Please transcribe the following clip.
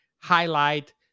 highlight